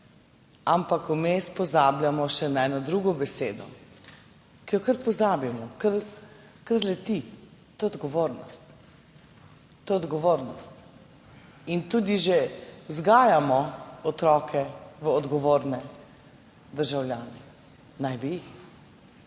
Ampak vmes pozabljamo še na eno drugo besedo, ki jo kar pozabimo, kar zleti, to je odgovornost. To je odgovornost. In tudi že vzgajamo otroke v odgovorne državljane, naj bi jih.